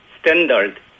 standard